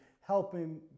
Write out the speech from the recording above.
helping